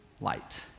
light